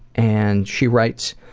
and she writes,